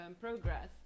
progress